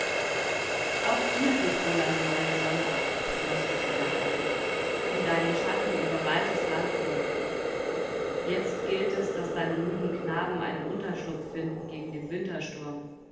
auch dir geht wohl eine neue sonne auf tröstete der alte die deinen schatten über weites land wirft jetzt gilt es daß deine müden knaben einen unterschlupf finden gegen den wintersturm